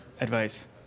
advice